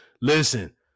Listen